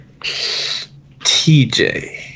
TJ